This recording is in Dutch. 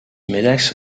middags